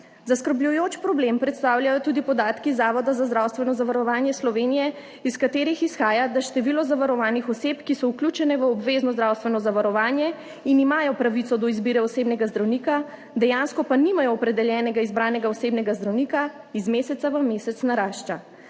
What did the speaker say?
Zaskrbljujoč problem predstavljajo tudi podatki Zavoda za zdravstveno zavarovanje Slovenije, iz katerih izhaja, da število zavarovanih oseb, ki so vključene v obvezno zdravstveno zavarovanje in imajo pravico do izbire osebnega zdravnika, dejansko pa nimajo opredeljenega izbranega osebnega zdravnika, iz meseca v mesec narašča.